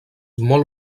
molt